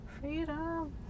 Freedom